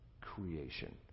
creation